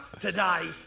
today